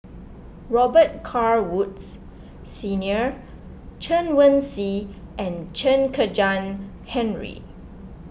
Robet Carr Woods Senior Chen Wen Hsi and Chen Kezhan Henri